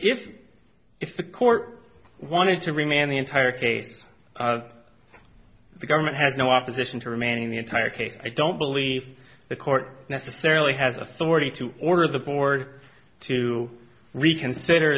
if if the court wanted to remand the entire case the government has no opposition to remand in the entire case i don't believe the court necessarily has authority to order the board to reconsider